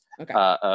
Okay